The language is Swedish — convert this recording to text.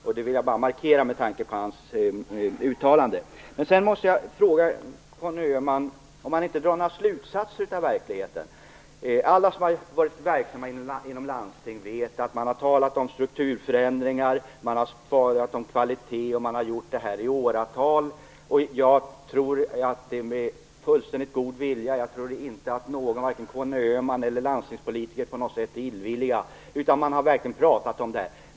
Jag ville markera detta med tanke på gjorda uttalande. Sedan måste jag fråga: Drar Conny Öhman inte några slutsatser av hur det ser ut i verkligheten? Alla som har varit verksamma inom landstinget vet att man har talat om strukturförändringar och om kvalitet i åratal. Jag tror inte att Conny Öhman eller någon landstingspolitiker på något sätt är illvilliga, utan man har verkligen diskuterat det här.